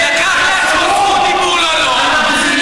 הוא לקח לעצמו זכות דיבור לא לו.